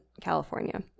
California